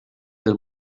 del